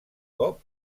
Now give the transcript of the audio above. cop